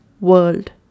world